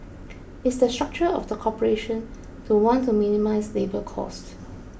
it's the structure of the corporation to want to minimise labour costs